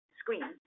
screen